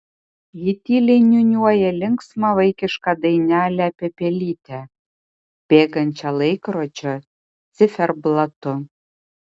ji tyliai niūniuoja linksmą vaikišką dainelę apie pelytę bėgančią laikrodžio ciferblatu